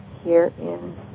herein